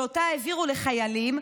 שאותה העבירו לחיילים,